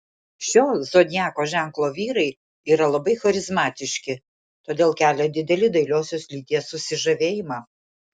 šio zodiako ženklo vyrai yra labai charizmatiški todėl kelia didelį dailiosios lyties susižavėjimą